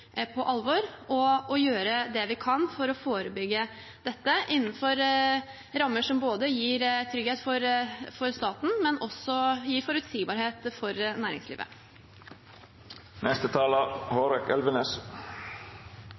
på alvor og gjøre det vi kan for å forebygge dette innenfor rammer som gir trygghet for staten og forutsigbarhet for næringslivet. Først vil jeg takke representanten for